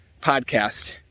podcast